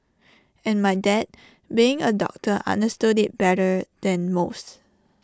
and my dad being A doctor understood IT better than most